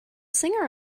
singer